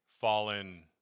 fallen